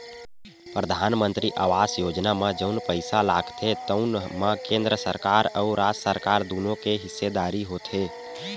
परधानमंतरी आवास योजना म जउन पइसा लागथे तउन म केंद्र सरकार अउ राज सरकार दुनो के हिस्सेदारी होथे